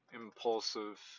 impulsive